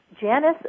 Janice